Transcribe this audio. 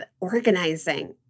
organizing